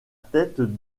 tête